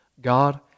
God